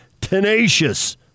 tenacious